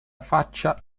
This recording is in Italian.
faccia